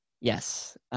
Yes